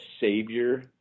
savior